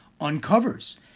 uncovers